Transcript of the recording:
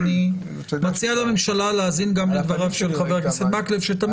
אני מציע לממשלה להאזין גם לדבריו של חבר הכנסת אורי מקלב שתמיד